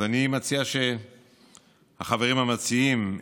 אני מציע שהחברים המציעים,